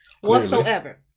whatsoever